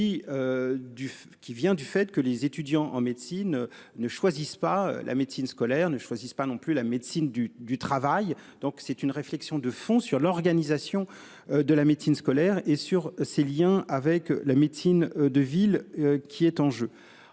qui vient du fait que les étudiants en médecine ne choisissent pas la médecine scolaire ne choisissent pas non plus la médecine du travail, donc c'est une réflexion de fond sur l'organisation de la médecine scolaire et sur ses Liens avec la médecine de ville qui est en jeu,